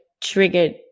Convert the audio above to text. triggered